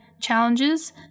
challenges